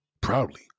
Proudly